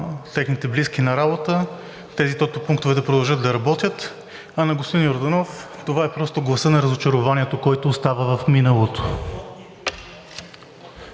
техните близки на работа и тези тотопунктове да продължат да работят. А на господин Йорданов – това е просто гласът на разочарованието, който остава в миналото.